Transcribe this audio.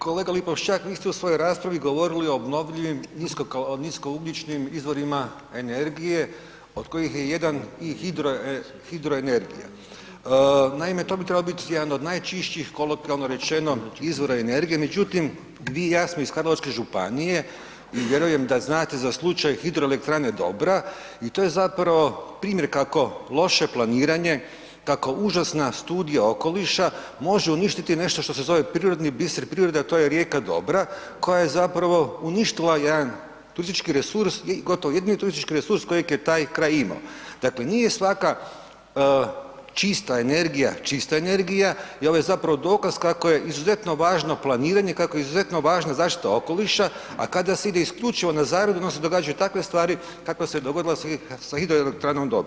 Kolega Lipošćak, vi ste u svojoj raspravi govorili o obnovljivim niskougljičnim izvorima energije od kojih je jedan i hidro, hidroenergija, naime to bi trebao bit jedan od najčišćih, kolokvijalno rečeno, izvora energije, međutim vi i ja smo iz Karlovačke županije i vjerujem da znate za slučaj Hidroelektrane Dobra i to je zapravo primjer kako loše planiranje, kako užasna studija okoliša može uništiti nešto što se zove prirodni biser, priroda, a to je rijeka Dobra koja je zapravo uništila jedan turistički resurs, gotovo jedini turistički resurs kojeg je taj kraj imao, dakle nije svaka čista energija čista energija i ovo je zapravo dokaz kako je izuzetno važno planiranje, kako je izuzetno važna zaštita okoliša, a kada se ide isključivo na zaradu onda se događaju takve stvari kakva se dogodila sa Hidroelektranom Dobra.